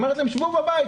היא אומרת להם "שבו בבית,